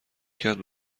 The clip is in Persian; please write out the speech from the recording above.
کرد